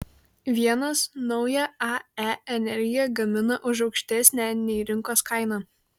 vienas nauja ae energiją gamina už aukštesnę nei rinkos kaina